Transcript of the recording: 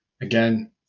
again